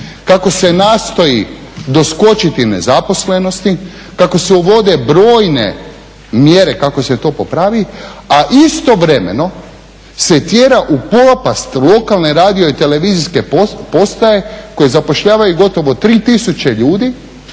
kako se nastoji doskočiti nezaposlenosti, kako se uvode brojne mjere kako da se to popravi a istovremeno se tjera u propast lokalne i radio i televizijske postaje koje zapošljavaju gotovo 3000 ljudi